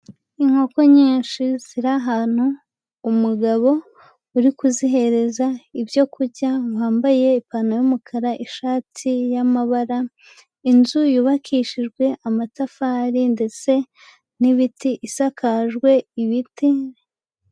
Inkoko nyinshi ziri ahantu, umugabo uri kuzihereza ibyo kurya, wambaye ipantaro y'umukara, ishati y'amabara. Inzu yubakishijwe amatafari ndetse n'ibiti, isakajwe ibiti..